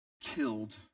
killed